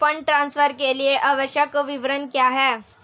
Fund transfer के लिए आवश्यक विवरण क्या हैं?